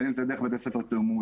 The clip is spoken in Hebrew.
בין אם זה דרך בתי ספר ---,